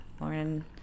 Lauren